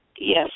Yes